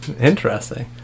Interesting